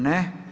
Ne.